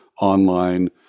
online